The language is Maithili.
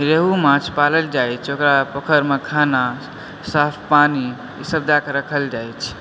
रेहू माछ पालल जाइछ ओकरा पोखरिमे खाना साफ पानी ई सब दए कऽ रखल जाइछ